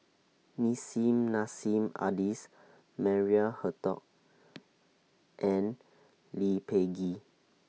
Nissim Nassim Adis Maria Hertogh and Lee Peh Gee